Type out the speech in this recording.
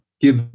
Give